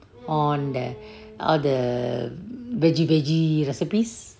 all the all the veggie veggie recipes